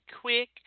quick